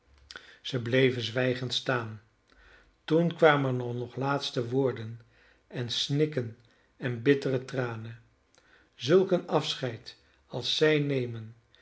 zij bleven zwijgend staan toen kwamen er nog laatste woorden en snikken en bittere tranen zulk een afscheid als zij nemen